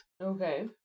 Okay